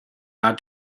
out